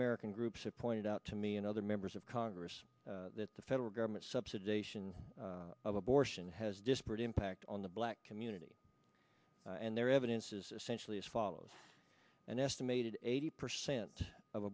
american groups have pointed out to me and other members of congress that the federal government subsidization of abortion has disparate impact on the black community and their evidence is essentially as follows an estimated eighty percent of